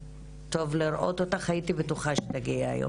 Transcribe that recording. הייתי בטוחה שתגיעי היום.